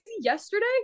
Yesterday